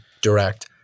Direct